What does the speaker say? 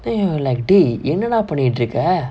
they all like dey என்னடா பண்ணிட்டு இருக்க:ennadaa pannittu irukka